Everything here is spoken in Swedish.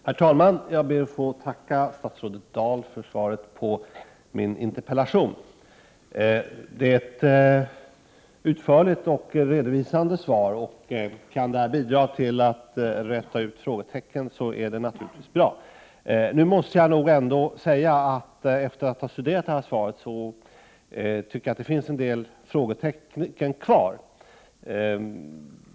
Herr talman! Jag ber att få tacka statsrådet Birgitta Dahl för svaret på min 27 januari 1989 interpellation. Det var ett utförligt och redovisande svar. Om det kan bidra till att räta ut frågetecken är det naturligtvis bra. Jag måste ändå säga att jag tycker att det fortfarande finns en del frågetecken kvar.